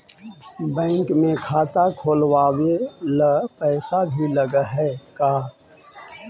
Bank में खाता खोलाबे ल पैसा भी लग है का?